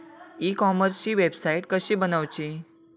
E कॉमर्सची website कशी बनवची?